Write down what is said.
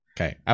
Okay